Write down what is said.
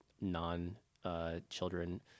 non-children